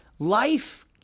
Life